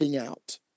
out